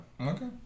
Okay